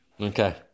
okay